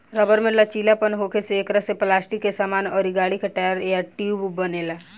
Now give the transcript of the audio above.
rubber में लचीलापन होखे से एकरा से पलास्टिक के सामान अउर गाड़ी के टायर आ ट्यूब बनेला